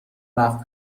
وقت